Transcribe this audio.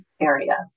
area